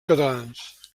catalans